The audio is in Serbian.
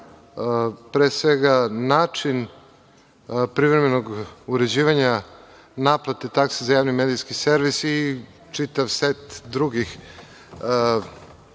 pre svega, način privremenog uređivanja naplate takse za javni medijski servis i čitav set drugih njegovih